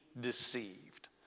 deceived